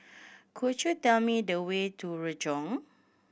could you tell me the way to Renjong